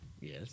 Yes